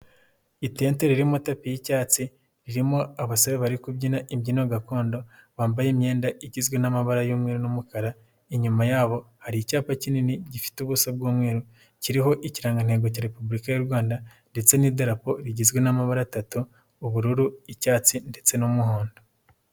Itente ririmo tapi y'icyatsi ririmo abasore bari kubyina imbyino gakondo, bambaye imyenda igizwe n'amabara y'umweru n'umukara, inyuma yabo hari icyapa kinini gifite ubuso bw'umweru kiriho ikirangantego cya Repubulika y'u Rwanda ndetse n'idarapo rigizwe n'amabara atatu ubururu, icyatsi ndetse n'umuhondo.